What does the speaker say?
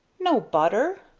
no butter?